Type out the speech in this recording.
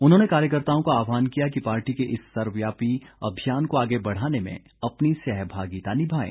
उन्होंने कार्यकर्त्ताओं का आहवान किया कि पार्टी के इस सर्वव्यापी अभियान को आगे बढ़ाने में अपनी सहभागिता निभाएं